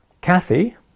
Kathy